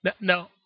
no